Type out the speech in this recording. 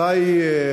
מתי,